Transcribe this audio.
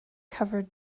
covered